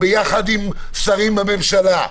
יחד עם שרים בממשלה,